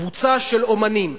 קבוצה של אמנים,